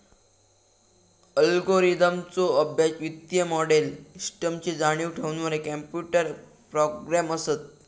अल्गोरिदमचो अभ्यास, वित्तीय मोडेल, सिस्टमची जाणीव देणारे कॉम्प्युटर प्रोग्रॅम असत